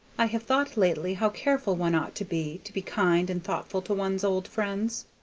i have thought lately how careful one ought to be, to be kind and thoughtful to one's old friends.